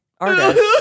artist